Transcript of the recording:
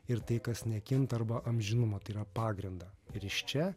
ir tai kas nekinta arba amžinumo tai yra pagrindą ir iš čia